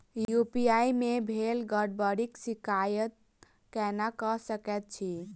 UPI मे भेल गड़बड़ीक शिकायत केना कऽ सकैत छी?